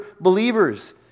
believers